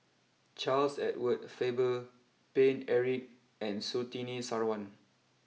Charles Edward Faber Paine Eric and Surtini Sarwan